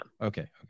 okay